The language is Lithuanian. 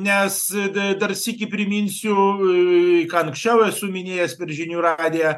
nes da dar sykį priminsiu į ką anksčiau esu minėjęs per žinių radiją